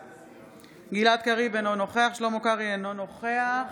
בעד גלעד קריב, אינו נוכח שלמה קרעי, אינו נוכח